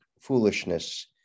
foolishness